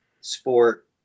sport